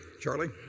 Charlie